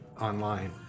online